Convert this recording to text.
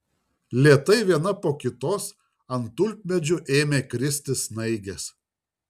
lėtai viena po kitos ant tulpmedžių ėmė kristi snaigės